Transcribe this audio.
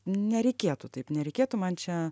nereikėtų taip nereikėtų man čia